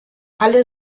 alle